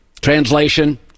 Translation